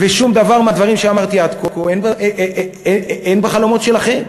ושום דבר מהדברים שאמרתי עד כה אין בחלומות שלכם.